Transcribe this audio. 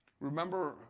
Remember